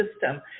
system